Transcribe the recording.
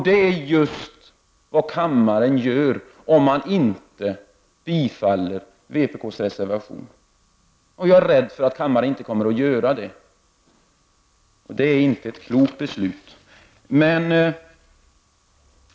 Det är just vad kammaren gör om den inte bifaller vpk:s reservation. Jag är rädd för att kammaren inte heller kommer att göra det. Det är alltså inte ett klokt beslut.